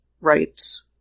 rights